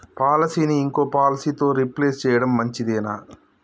పాలసీని ఇంకో పాలసీతో రీప్లేస్ చేయడం మంచిదేనా?